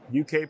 UK